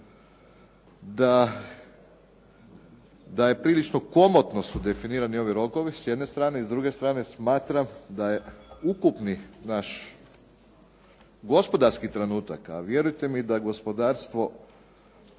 da je prilično komotno su definirani ovi rokovi s jedne strane. I s druge strane smatram da je ukupni naš gospodarski trenutak, a vjerujte mi da gospodarstvo